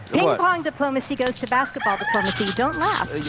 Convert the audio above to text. ping-pong diplomacy goes to basketball diplomacy. don't laugh. yeah